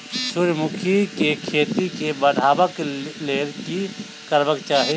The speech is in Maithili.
सूर्यमुखी केँ खेती केँ बढ़ेबाक लेल की करबाक चाहि?